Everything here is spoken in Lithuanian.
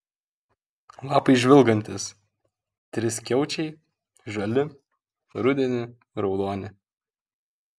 lapai žvilgantys triskiaučiai žali rudenį raudoni